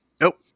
Nope